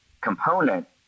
component